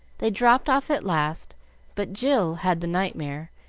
they dropped off at last but jill had the nightmare,